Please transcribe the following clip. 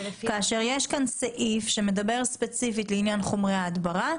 כאשר יש כאן סעיף שמדבר ספציפית לעניין חומרי ההדברה,